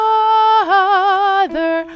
Father